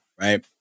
right